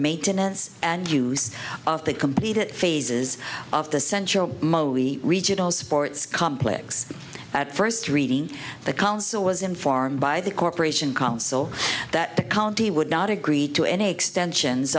maintenance and use of the complete it phases of the central moly regional sports complex at first reading the council was informed by the corporation council that the county would not agree to any extensions